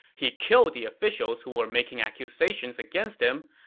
he killed the officials who were making accusations against him,